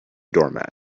doormat